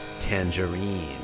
Tangerine